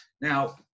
Now